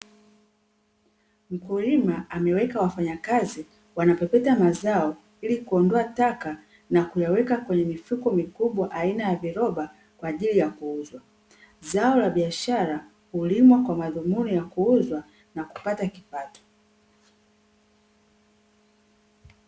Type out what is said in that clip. Mkulima ameweka wafanyakazi, wanapepeta mazao ili kuondoa taka na kuyaweka kwenye mifuko mikubwa aina ya viroba kwaajili ya kuuzwa. Zao la biashara ulimwa kwa madhumuni ya kuuzwa na kupata kipato